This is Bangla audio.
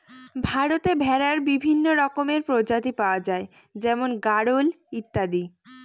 ভারতে ভেড়ার বিভিন্ন রকমের প্রজাতি পাওয়া যায় যেমন গাড়োল ইত্যাদি